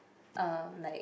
uh like